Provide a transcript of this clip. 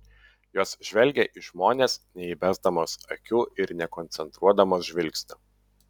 jos žvelgia į žmones neįbesdamos akių ir nekoncentruodamos žvilgsnio